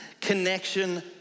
connection